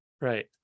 right